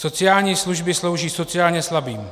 Sociální služby slouží sociálně slabým.